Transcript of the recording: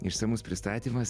išsamus pristatymas